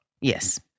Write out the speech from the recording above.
Yes